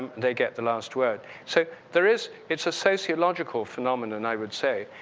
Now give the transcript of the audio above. they get the last word. so, there is it's a sociological phenomenon i would say.